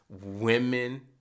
women